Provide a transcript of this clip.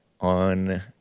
on